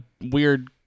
weird